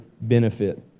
benefit